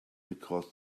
because